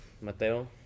Mateo